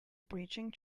breaching